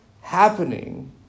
happening